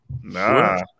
Nah